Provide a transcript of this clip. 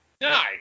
Nice